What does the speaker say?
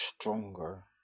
stronger